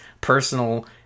personal